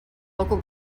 local